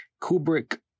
Kubrick